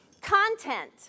Content